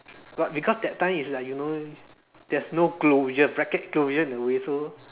but because that time is like you know there's no closure bracket closure in a way so